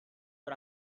for